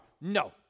No